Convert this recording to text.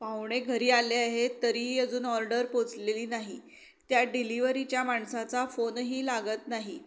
पाहुणे घरी आले आहे तरीही अजून ऑर्डर पोहचलेली नाही त्या डिलिव्हरीच्या माणसाचा फोनही लागत नाही